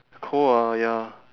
cold ah ya